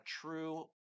true